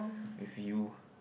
with you